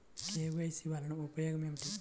KYC వలన ఉపయోగం ఏమిటీ?